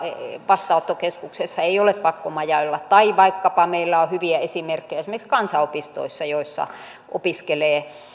vastaanottokeskuksessa ei ole pakko majailla tai vaikkapa meillä on hyviä esimerkkejä esimerkiksi kansanopistoista joissa opiskelee